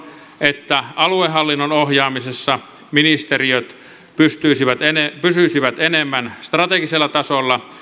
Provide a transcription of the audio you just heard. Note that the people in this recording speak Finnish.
että aluehallinnon ohjaamisessa ministeriöt pysyisivät enemmän strategisella tasolla